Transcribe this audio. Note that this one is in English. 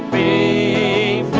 a